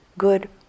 good